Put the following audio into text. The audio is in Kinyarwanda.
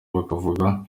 bakavuga